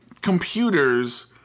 computers